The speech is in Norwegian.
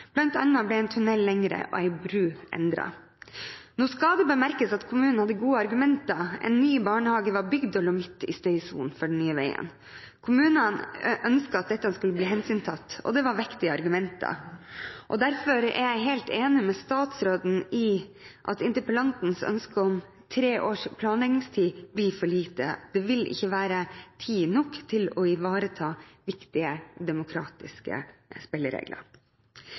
ble en tunnel lengre og en bro endret. Nå skal det bemerkes at kommunen hadde gode argumenter: En ny barnehage var bygd og lå midt i støysonen for den nye veien. Kommunen ønsket at dette skulle bli hensyntatt, og det var vektige argumenter. Derfor er jeg helt enig med statsråden i at interpellantens ønske om tre års planleggingstid blir for lite. Det vil ikke være tid nok til å ivareta viktige demokratiske spilleregler.